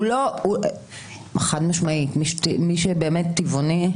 חד משמעית, מי שטבעוני.